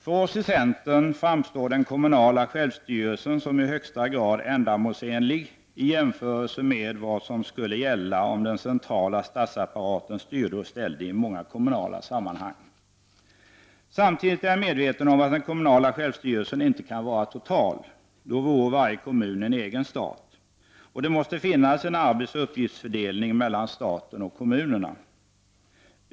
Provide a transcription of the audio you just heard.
För oss i centern framstår den kommunala självstyrelsen som i högsta grad ändamålsenlig i jämförelse med vad som skulle gälla om den centrala statsapparaten styrde och ställde i många kommunala sammanhang. Samtidigt är jag medveten om att den kommunala självstyrelsen inte kan vara total. Då vore varje kommun en egen stat. Det måste finnas en arbetsoch uppgiftsfördelning mellan staten och kommunerna.